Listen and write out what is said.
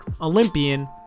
Olympian